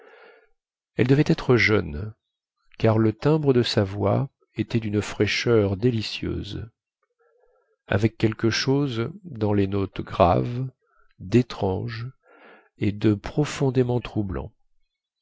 elle devait être jeune car le timbre de sa voix était dune fraîcheur délicieuse avec quelque chose dans les notes graves détrange et de profondément troublant